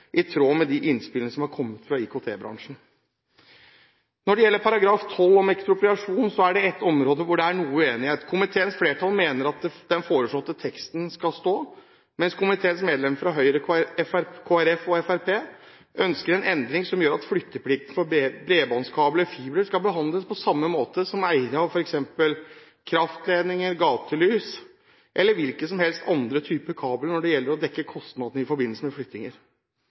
i tråd med de innspill som er kommet fra IKT-bransjen.» Når det gjelder § 12 om ekspropriasjon, er det et område der det er noe uenighet. Komiteens flertall mener at den foreslåtte teksten skal stå, mens komiteens medlemmer fra Høyre, Kristelig Folkeparti og Fremskrittspartiet ønsker en endring som gjør at flytteplikten for bredbåndskabler og fibre skal behandles på samme måte som ved flytting av f.eks. kraftledninger, gatelys eller hvilke som helst andre kabler når det gjelder kostnader i forbindelse med